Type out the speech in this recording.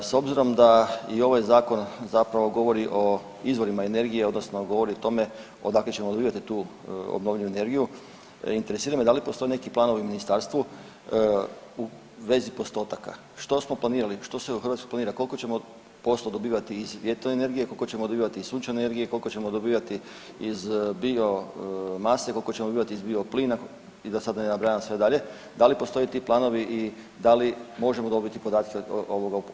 S obzirom da i ovaj zakon zapravo govori o izvorima energije odnosno govori o tome odakle ćemo dobivati tu obnovljivu energiju, interesira me da li postoje neki planovi u ministarstvu u vezi postotaka, što smo planirali, što se u Hrvatskoj planira, kolko ćemo posto dobivati iz vjetro energije, kolko ćemo dobivati iz sunčane energije, koliko ćemo dobivati iz biomase, koliko ćemo dobivati iz bioplina i da sad ne nabrajam sve dalje, da li postoje ti planovi i da li možemo dobiti podatke ovoga o tim postocima?